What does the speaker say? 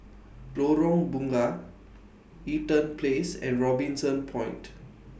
Lorong Bunga Eaton Place and Robinson Point